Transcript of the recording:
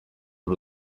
uru